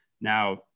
Now